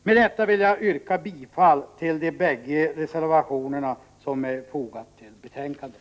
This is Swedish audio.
Med detta vill jag yrka bifall till de bägge reservationer som är fogade till betänkandet.